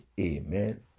Amen